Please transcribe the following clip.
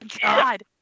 God